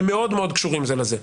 הם מאוד מאוד קשורים זה לזה.